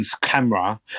camera